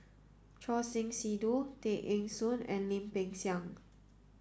Choor Singh Sidhu Tay Eng Soon and Lim Peng Siang